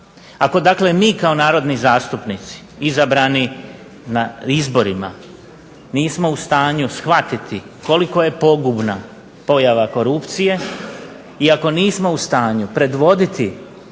Ako dakle mi kao narodni zastupnici izabrani na izborima nismo u stanju shvatiti koliko je pogubna pojava korupcije i ako nismo u stanju predvoditi